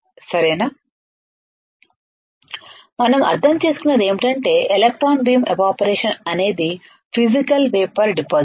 సరేనా మనం అర్థం చేసుకున్నది ఏమిటంటే ఎలక్ట్రాన్ బీమ్ ఎవాపరేషన్ అనేది ఫిసికల్ వేపర్ డిపాసిషన్